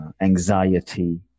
anxiety